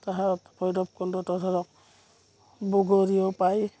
ভৈৰৱকুণ্ডতো ধৰক বগৰীও পায়